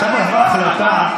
שעכשיו עברה החלטה,